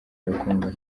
arakundwa